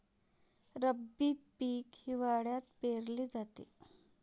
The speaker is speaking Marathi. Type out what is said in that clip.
रब्बी पीक हिवाळ्यात पेरले जाते